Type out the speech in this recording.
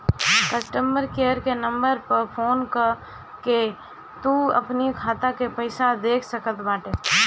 customer care के number पअ phone कअ के तू अपनी खाता के पईसा देख सकत बटअ